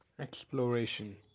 exploration